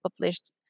published